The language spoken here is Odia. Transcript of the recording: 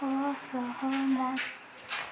ଅସହମତ